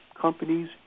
companies